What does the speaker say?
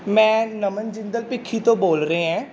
ਮੈਂ ਨਮਨ ਜਿੰਦਲ ਭਿੱਖੀ ਤੋਂ ਬੋਲ ਰਿਹਾਂ